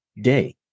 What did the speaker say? day